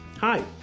Hi